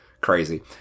Crazy